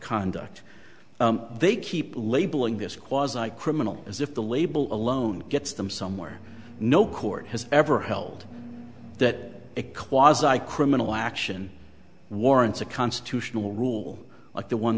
conduct they keep labeling this chua's i criminal as if the label alone gets them somewhere no court has ever held that a quasi ikrima nal action warrants a constitutional rule like the one